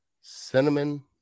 Cinnamon